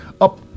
up